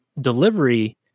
delivery